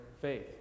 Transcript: faith